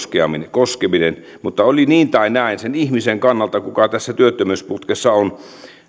koska kysymyksessähän on selkeästi tavallaan heidän rooteliinsa koskeminen mutta oli niin tai näin sen ihmisen kannalta kuka tässä työttömyysputkessa on